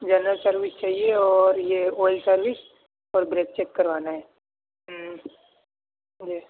general service چاہیے اور یہ آئل سروس اور بریک چیک کروانا ہے ہوں جی